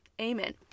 Amen